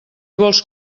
vols